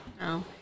No